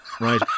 right